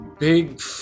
Big